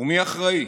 ומי אחראי?